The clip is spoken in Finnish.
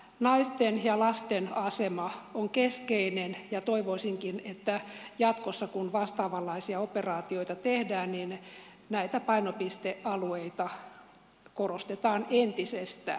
naisten ja lasten asema on keskeinen ja toivoisinkin että jatkossa kun vastaavanlaisia operaatioita tehdään näitä painopistealueita korostetaan entisestään